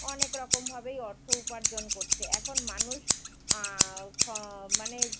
অনেক রকমভাবেই অর্থ উপার্জন করছে এখন মানুষ খ মানে